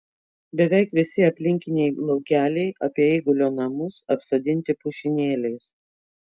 beveik visi aplinkiniai laukeliai apie eigulio namus apsodinti pušynėliais